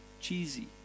cheesy